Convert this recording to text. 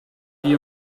you